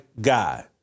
guy